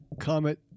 Comet